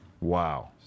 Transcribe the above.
Wow